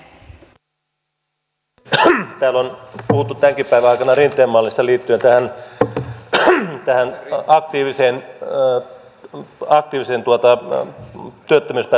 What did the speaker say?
täällä on puhuttu tämänkin päivän aikana rinteen mallista liittyen tähän aktiiviseen työttömyyspäivärahan käyttöön